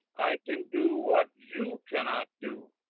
i can do what you cannot do.